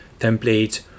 template